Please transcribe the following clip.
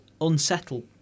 unsettle